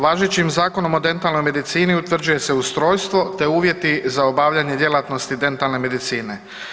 Važećim Zakonom o dentalnoj medicini utvrđuje se ustrojstvo te uvjeti za obavljanje djelatnosti dentalne medicine.